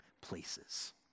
places